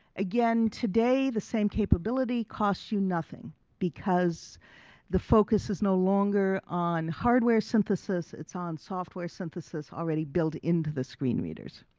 again today, the same capability costs you nothing because the focus is no longer on hardware synthesis, it's on software synthesis already built into the screen readers.